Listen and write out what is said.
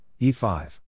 E5